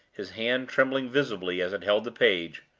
his hand trembling visibly as it held the page,